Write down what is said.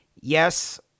yes